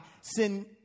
sin